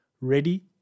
Ready